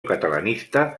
catalanista